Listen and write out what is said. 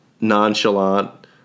nonchalant